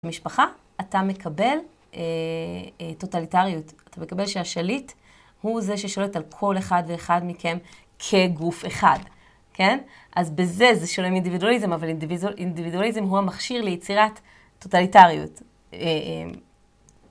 במשפחה אתה מקבל טוטליטריות, אתה מקבל שהשליט הוא זה ששולט על כל אחד ואחד מכם כגוף אחד, כן? אז בזה זה שונה מאינדיבידואליזם, אבל אינדיבידואליזם הוא המכשיר ליצירת טוטליטריות.